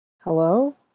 Hello